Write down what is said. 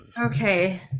Okay